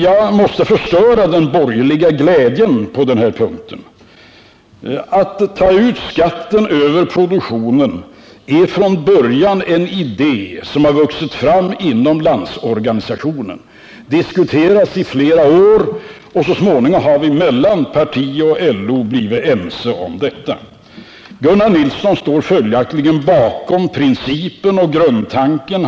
Jag måste förstöra den borgerliga glädjen på denna punkt. Att ta ut skatten över produktionen är från början en idé som har vuxit fram inom Landsorganisationen. Den har diskuterats i flera år, och så småningom har partiet och LO blivit ense om detta. Gunnar Nilsson står följaktligen bakom principen och grundtanken.